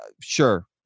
sure